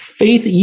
faith